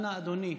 אנא, אדוני,